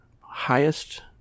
highest